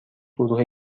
گروه